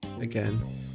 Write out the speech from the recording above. again